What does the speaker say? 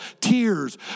tears